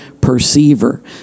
perceiver